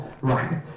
Right